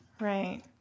Right